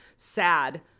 sad